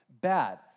bad